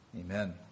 Amen